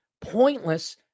pointless